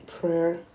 Prayer